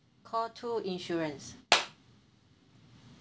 call two insurance